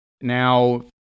Now